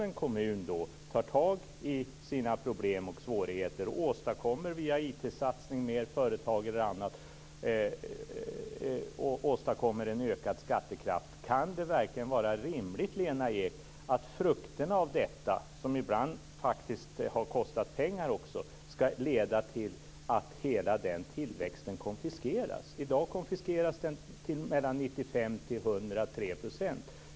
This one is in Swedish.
En kommun tar tag i sina problem och svårigheter och åstadkommer via IT-satsningar, fler företag eller annat en ökad skattekraft. Kan det då verkligen vara rimligt, Lena Ek, att frukterna av detta, som ibland också har kostat pengar, ska leda till att hela tillväxten konfiskeras? I dag konfiskeras den till 95-103 %.